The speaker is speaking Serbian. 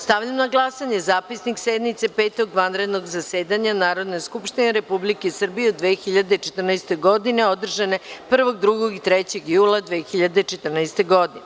Stavljam na glasanje Zapisnik sednice Petog vanrednog zasedanja Narodne skupštine Republike Srbije u 2014. godini, održane 1, 2. i 3. jula 2014. godine.